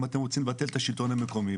אם אתם רוצים לבטל את השלטון המקומי,